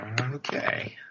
Okay